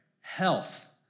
health